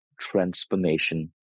transformation